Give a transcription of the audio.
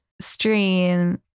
stream